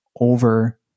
over